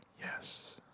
Yes